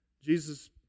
Jesus